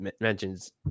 mentions